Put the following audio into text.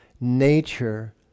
nature